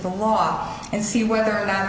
the loft and see whether or not